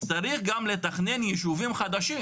צריך גם לתכנן ישובים חדשים